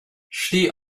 szli